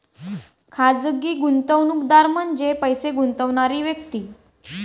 खाजगी गुंतवणूकदार म्हणजे पैसे गुंतवणारी व्यक्ती